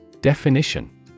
Definition